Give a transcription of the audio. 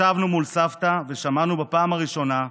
ישבנו מול סבתא ושמענו בפעם הראשונה,